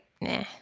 nah